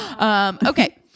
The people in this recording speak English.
Okay